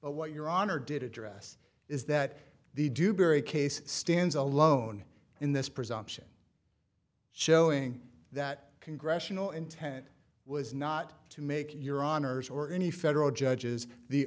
what your honor did address is that the dewberry case stands alone in this presumption showing that congressional intent was not to make your honour's or any federal judges the